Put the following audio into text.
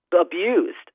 abused